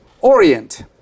Orient